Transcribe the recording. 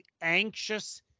anxious